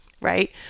right